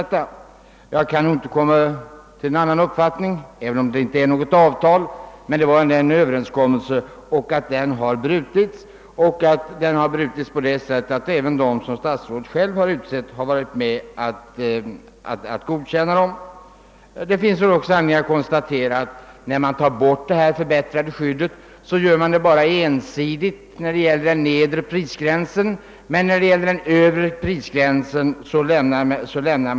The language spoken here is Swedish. Jag har därför inte kunnat komma till någon annan uppfattning än att det, även om det inte förelåg något avtal, ändå fanns en överenskommelse som nu har brutits. även de som statsrådet själv utsett och som gav över enskommelsen sitt godkännande har varit med om detta. Det finns också anledning att konstatera, att när det förbättrade skyddet nu tas bort sker det bara ensidigt i fråga om den nedre prisgränsen medan den övre gränsen lämnas orörd.